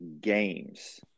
games